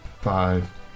five